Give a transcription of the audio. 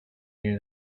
near